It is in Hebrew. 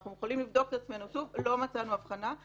אנחנו יכולים לבדוק את עצמנו שוב, לא מצאנו אבחנה.